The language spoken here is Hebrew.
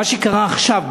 מה שקרה עכשיו,